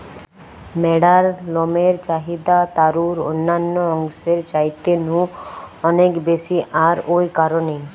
ম্যাড়ার লমের চাহিদা তারুর অন্যান্য অংশের চাইতে নু অনেক বেশি আর ঔ কারণেই